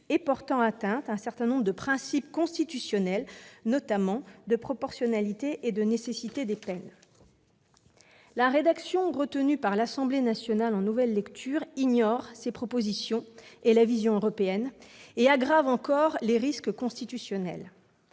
et portant atteinte aux principes constitutionnels de proportionnalité et de nécessité des peines. La rédaction retenue par l'Assemblée nationale en nouvelle lecture ignore ces propositions et leur visée européenne. Elle aggrave encore le risque constitutionnel.